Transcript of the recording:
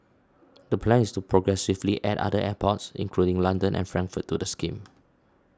the plan is to progressively add other airports including London and Frankfurt to the scheme